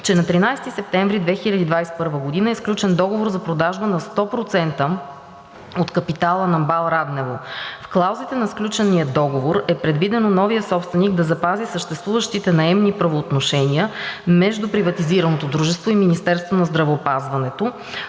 че на 13 септември 2021 г. е сключен договор за продажба на 100% от капитала на МБАЛ – Раднево. В клаузите на сключения договор е предвидено новият собственик да запази съществуващите наемни правоотношения между приватизираното дружество и Министерството на здравеопазването.